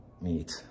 meet